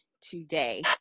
today